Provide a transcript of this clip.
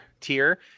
tier